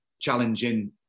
challenging